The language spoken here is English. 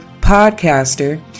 podcaster